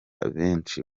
benshi